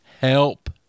help